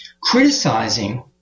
criticizing